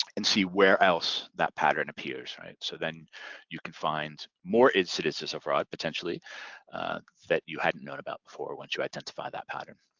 and see where else that pattern appears. so then you can find more incidences of fraud potentially that you hadn't known about before once you identify that pattern.